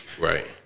Right